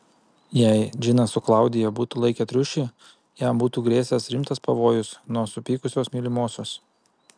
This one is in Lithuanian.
jei džinas su klaudija būtų laikę triušį jam būtų grėsęs rimtas pavojus nuo supykusios mylimosios